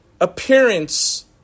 appearance